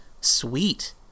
sweet